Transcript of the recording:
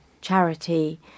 charity